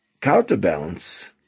counterbalance